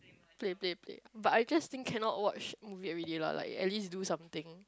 play play play but I just think cannot watch movie everyday lah like at least do something